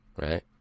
Right